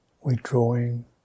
withdrawing